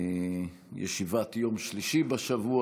ישיבת יום שלישי בשבוע,